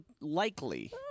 likely